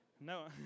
No